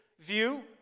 view